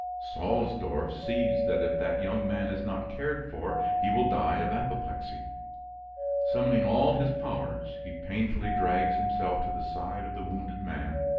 salsdorf sees that if that young man is not cared for he will die of apoplexy summoning all his powers, he painfully drags himself to the side of the wounded man,